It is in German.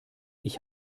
ich